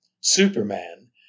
Superman